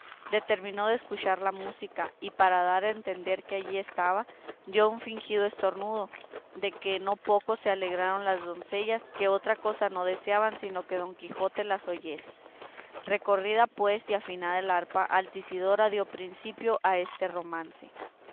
determinó de escuchar la música y para dar a entender que allí estaba dio un fingido estornudo de que no poco se alegraron las doncellas que otra cosa no deseaban sino que don quijote las oyese recorrida pues y afinada la arpa altisidora dio principio a este romance